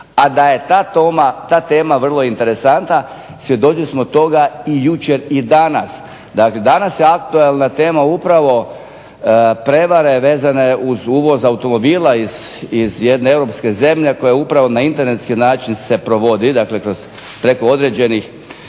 A da je ta tema vrlo interesantna svjedoci smo toga i jučer i danas. Danas je aktualna tema upravo prevare vezane uz uvoz automobila iz jedne Europske zemlje koja upravo na internetski način se provodi, dakle, preko određenih